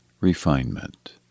refinement